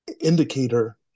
indicator